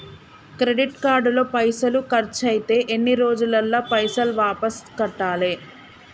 Credit card లో పైసల్ ఖర్చయితే ఎన్ని రోజులల్ల పైసల్ వాపస్ కట్టాలే?